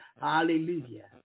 Hallelujah